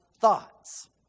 thoughts